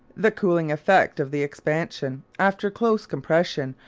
the cooling effects of the expansion, after close compression,